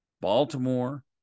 Baltimore